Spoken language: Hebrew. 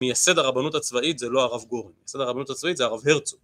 מייסד הרבנות הצבאית זה לא הרב גורן, מייסד הרבנות הצבאית זה הרב הרצוג